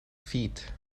feet